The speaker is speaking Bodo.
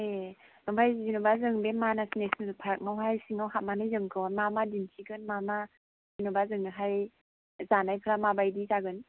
ए ओमफ्राइ जेनेबा जों बे मानास नेसनेल पार्कआव हाय सिङाव हाबनानै जोंखौ मा मा दिन्थिगोन मा मा जेन'बा जोंनोहाय जानायफ्रा माबादि जागोन